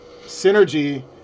synergy